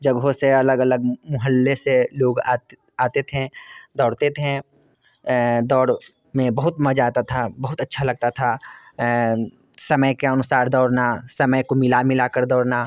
जगहों से अलग अलग मोहल्ले से लोग आते थे दौड़ते थे दौड़ में बहुत मज़ा आता था बहुत अच्छा लगता था समय के अनुसार दौड़ना समय को मिला मिला कर दौड़ना